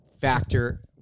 factor